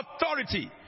authority